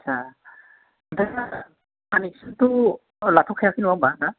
आदसा आमफ्राय कानेकस'नथ' लाथ' खायाखै नङा होनबा ना